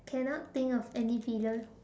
cannot think of any villains